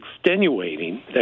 extenuating